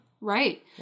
Right